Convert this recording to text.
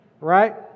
Right